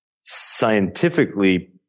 scientifically